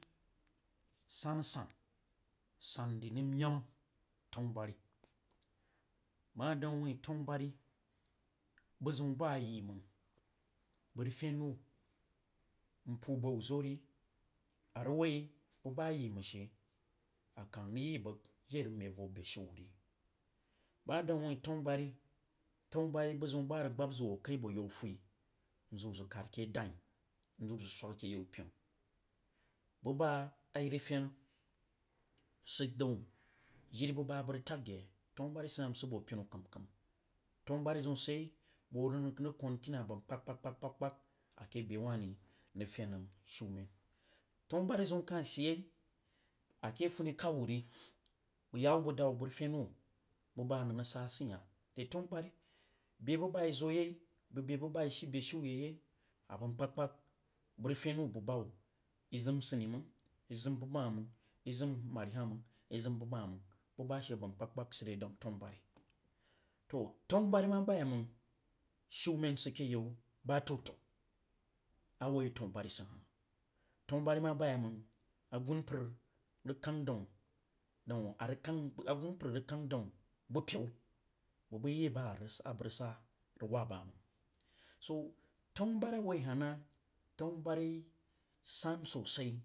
Sanasani san dəi nam yemas tany bari. Bag dang wu wurin tenubari bəzau ba a yi mang bəg rəg fen wu mpuu bai wu zo ri arəg woi buba ayi mang she a rag yi nkang meb vu beshiu wu ri bag, dang wu wuin tenubei tanabari bəzənba arəg gbab zag wo kai abo yau fui n zah wu zag kaf ake adain, nzag wu zag swag a yau pinu buba a irag ten sid dan bu ba abə rəg rasye tanu bari sid hah nsid bo you pinu kamkam ranubari zən sid yei bəg how nəg rəg kankina ba mlapagkpag ake bewu ri n rag fen nəng shiumen tanubari zəun kah sid yei ake funikau wu ri yanwu bag dala wu bag rəg fenwu buba anəng rəg sa sih hah re tanu bari. Be buba i zo yei nam kpakpag bəg rəg fnwu bu ba hubi i zim sini məng izam nuba hah mang izim mari hah mang, izim buba hah mang bu bashe ba nam kpagkpa sid re deun tanuberi. Toh tanuberi ma ba yei mang shiurem sid ke yau ba a tau tda a wie tanu barisid hahi tunubari mu boyei mang aganpar rag kang doun daun ardy kang agumpar rag kang doun ba pei, baɣ baɨ yi a ra a bərasa rəg wab b mabg tanuburi a wui hah nah tanu bori san sosai.